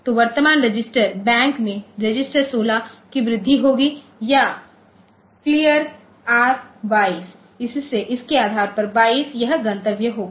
तो वर्तमान register bank में रजिस्टर 16 की वृद्धि होगी या CLR R22 इसके आधार पर 22 यह गंतव्य होगा